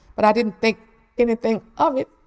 but i didn't think anything of it.